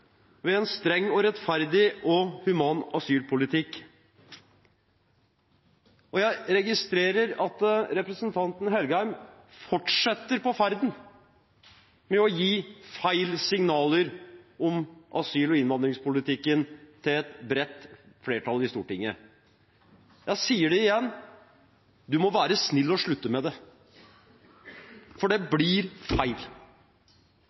ved en streng, rettferdig og human asylpolitikk, og jeg registrerer at representanten Engen-Helgheim fortsetter ferden med å gi feil signaler om asyl- og innvandringspolitikken til et bredt flertall i Stortinget. Jeg sier det igjen: Han må være snill og slutte med det, for det blir feil.